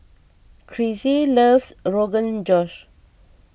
Crissie loves Rogan Josh